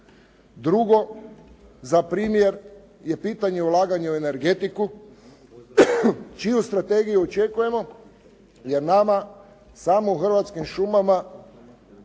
Drugo, za primjer je pitanje ulaganja u energetiku čiju strategiju očekujemo jer nama samo u hrvatskim šumama